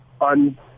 on